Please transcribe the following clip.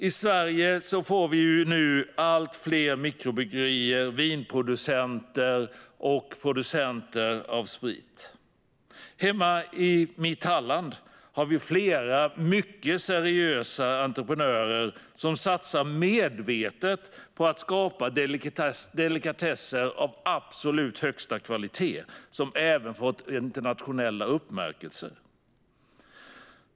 I Sverige får vi nu allt fler mikrobryggerier, vinproducenter och producenter av sprit. Hemma i mitt Halland har vi flera mycket seriösa entreprenörer som satsar medvetet på att skapa delikatesser av absolut högsta kvalitet och som även har fått internationella utmärkelser.